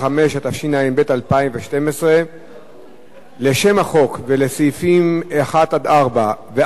התשע"ב 2012. לשם החוק ולסעיפים 1 4 ועד בכלל,